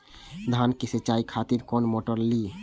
धान के सीचाई खातिर कोन मोटर ली?